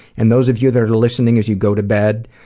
and those of you that are listening as you go to bed,